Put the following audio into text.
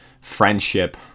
Friendship